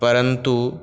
परन्तु